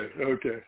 okay